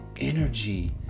energy